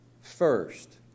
first